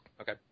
Okay